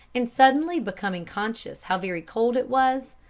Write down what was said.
and suddenly becoming conscious how very cold it was,